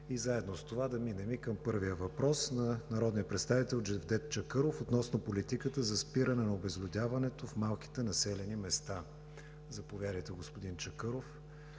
И заедно с това да минем и към първия въпрос на народния представител Джевдет Чакъров относно политиката за спиране на обезлюдяването в малките населени места. Заповядайте, господин Чакъров.